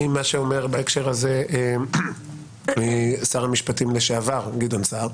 עם מה שאומר בהקשר הזה שר המשפטים לשעבר גדעון סער